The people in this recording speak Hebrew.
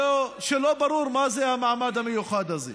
שלא ברור מה זה המעמד המיוחד הזה.